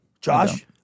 Josh